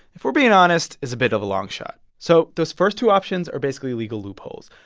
if we're being honest, is a bit of a long shot. so those first two options are basically legal loopholes.